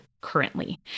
currently